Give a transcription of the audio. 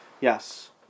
Yes